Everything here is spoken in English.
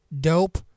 dope